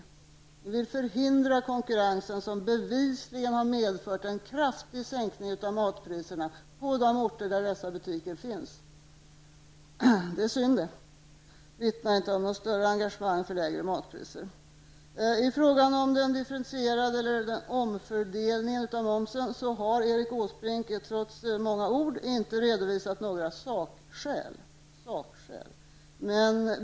De andra partierna vill förhindra den konkurrens som bevisligen skulle ha medfört en kraftig sänkning av matpriserna på de orter där dessa butiker finns. Det är synd. Och det vittnar inte om något större angagemang för lägre matpriser. Om omfördelningen av momsen har Erik Åsbrink, trots många ord, inte redovisat några sakskäl för.